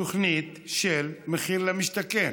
תוכנית של מחיר למשתכן,